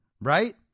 right